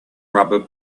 rubber